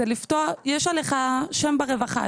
יש עליך שם ברווחה.